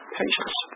patience